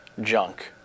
junk